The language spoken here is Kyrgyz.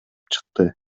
чыкты